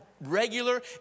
regular